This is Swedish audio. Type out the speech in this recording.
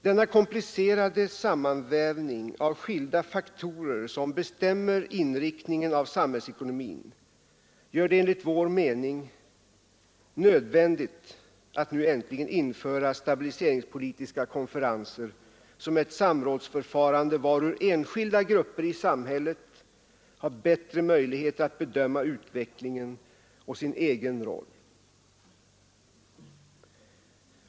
Denna komplicerade sammanvägning av skilda faktorer, som bestämmer inriktningen av samhällsekonomin, gör det enligt vår mening nödvändigt att nu äntligen införa stabiliseringspolitiska konferenser som ett samrådsförfarande, varvid enskilda grupper i samhället har bättre möjligheter att bedöma utvecklingen och sin egen roll.